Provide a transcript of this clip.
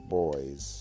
boys